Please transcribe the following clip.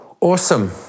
Awesome